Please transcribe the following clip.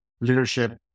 leadership